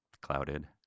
clouded